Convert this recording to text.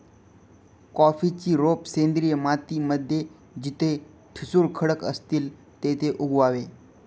कॉफीची रोप सेंद्रिय माती मध्ये जिथे ठिसूळ खडक असतील तिथे उगवावे